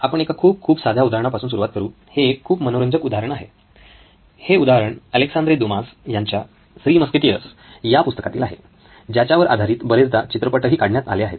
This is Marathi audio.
तर आपण एका खूप खूप साध्या उदाहरणा पासून सुरुवात करू हे एक खूप मनोरंजक उदाहरण आहे हे उदाहरण अलेक्सान्द्रे दुमास यांच्या थ्री मस्केटिअर्स या पुस्तकातील आहे ज्याच्यावर आधारित बरेचदा चित्रपटही काढण्यात आले आहेत